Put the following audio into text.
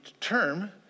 term